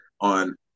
on